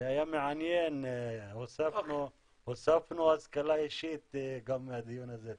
זה היה מעניין, הוספנו השכלה אישית גם מהדיון הזה.